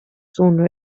sauna